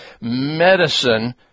Medicine